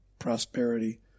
prosperity